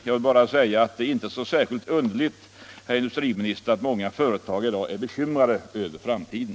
Jag vill därför bara säga att det inte är särskilt underligt, herr industriminister, att många företagare i dag är bekymrade över framtiden.